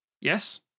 yes